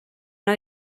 una